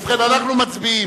ובכן, אנחנו מצביעים